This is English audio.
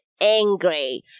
angry